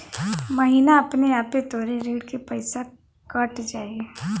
महीना अपने आपे तोहरे ऋण के पइसा कट जाई